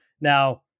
Now